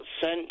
sent